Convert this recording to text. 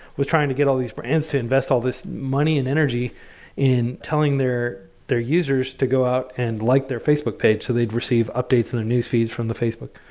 was trying to get all these brands to invest all these money and energy in telling their their users to go out and like their facebook page so they'd receive updates on and their newsfeeds from the facebook.